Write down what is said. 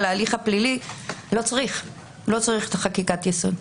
ההליך הפלילי לא צריך את חקיקת היסוד.